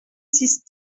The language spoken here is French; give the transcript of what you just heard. six